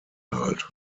halt